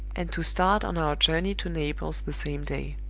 and to start on our journey to naples the same day.